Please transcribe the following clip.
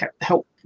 help